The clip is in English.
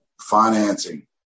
financing